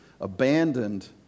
abandoned